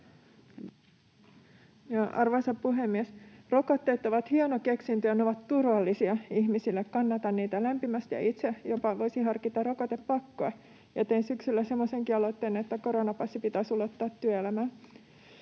Arvoisa puhemies! Rokotteet ovat hieno keksintö, ja ne ovat turvallisia ihmisille. Kannatan niitä lämpimästi, ja itse jopa voisin harkita rokotepakkoa. Tein syksyllä semmoisenkin aloitteen, että koronapassi pitäisi ulottaa työelämään.